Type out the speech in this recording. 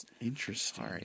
Interesting